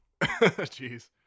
Jeez